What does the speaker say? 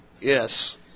Yes